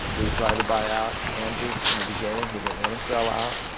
we tried to buy out andrews from the beginning. he didn't want to sell out.